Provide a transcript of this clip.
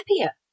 happier